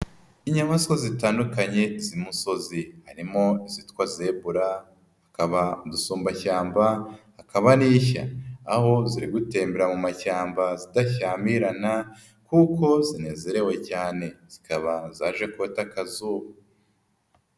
Inyamaswa zitandukanye z'imusozi harimo izitwa zebura, hakaba udusumbashyamba hakaba n'ishya, aho ziri gutembera mu mashyamba zidashyamirana, kuko zinezerewe cyane zikaba zaje kota akazuba.